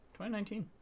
2019